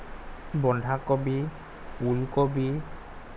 বন্ধাকবি ওলকবি